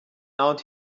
out